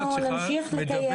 אנחנו נמשיך לקיים דיאלוג.